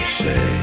say